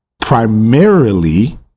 primarily